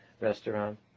restaurant